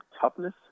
toughness